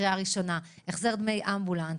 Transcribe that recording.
ממשלתית; החזר דמי אמבולנס,